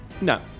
No